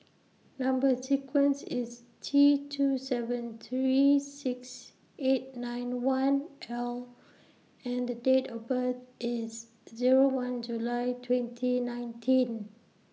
Number sequence IS T two seven three six eight nine one L and Date of birth IS Zero one July twenty nineteen